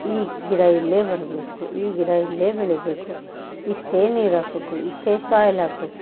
ಈ ಗಿಡ ಇಲ್ಲೇ ಬರಬೇಕು ಈ ಗಿಡ ಇಲ್ಲೇ ಬೆಳೀಬೇಕು ಇಷ್ಟೇ ನೀರು ಹಾಕ್ಬೇಕು ಇಷ್ಟೇ ಸಾಯ್ಲ್ ಹಾಕ್ಬೇಕು